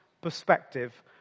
perspective